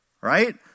right